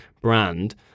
brand